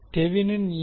தெவினின் இம்பிடன்ஸ்